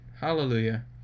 Hallelujah